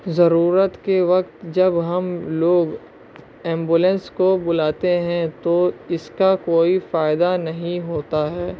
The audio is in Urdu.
ضرورت کے وقت جب ہم لوگ ایمبولنس کو بلاتے ہیں تو اس کا کوئی فائدہ نہیں ہوتا ہے